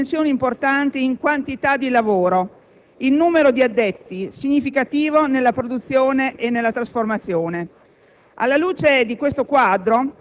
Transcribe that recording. Un settore che indica una dimensione importante in quantità di lavoro, in numero di addetti, significativo nella produzione e nella trasformazione.